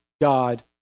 God